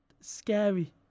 scary